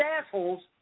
assholes